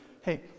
hey